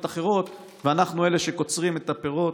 אחרות ואנחנו אלה שקוצרים את הפירות,